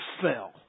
fell